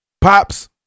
Pops